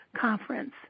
Conference